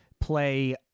play